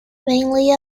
mainly